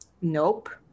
Nope